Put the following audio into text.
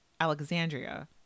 Alexandria